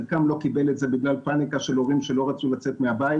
חלקם לא קיבל את זה בגלל פניקה של הורים שלא רצו לצאת מהבית.